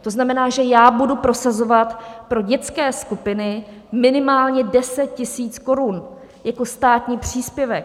To znamená, že já budu prosazovat pro dětské skupiny minimálně 10 000 korun jako státní příspěvek.